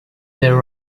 there